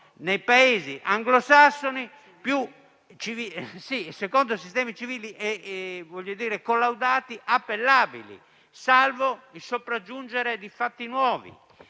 nei Paesi anglosassoni e secondo sistemi più civili e collaudati, non sono appellabili, salvo il sopraggiungere di fatti nuovi,